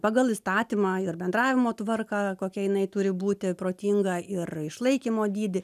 pagal įstatymą ir bendravimo tvarką kokia jinai turi būti protinga ir išlaikymo dydį